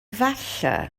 falle